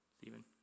Stephen